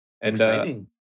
Exciting